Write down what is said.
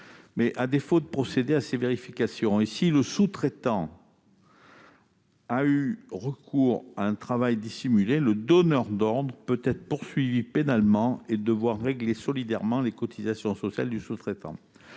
À défaut de procéder à ces vérifications, et si le sous-traitant a eu recours au travail dissimulé, le donneur d'ordre peut être poursuivi pénalement et devoir régler solidairement les cotisations sociales du sous-traitant.